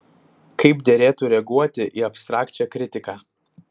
kaip derėtų reaguoti į abstrakčią kritiką